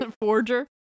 Forger